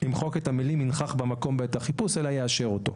למחוק את המילים: "ינכח במקום בעת החיפוש" אלא "יאשר אותו".